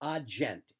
Agent